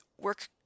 work